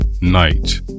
Night